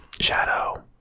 shadow